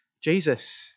Jesus